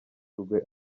rugwe